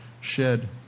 shed